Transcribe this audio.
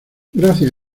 gracias